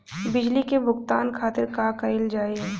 बिजली के भुगतान खातिर का कइल जाइ?